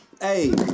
hey